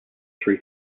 three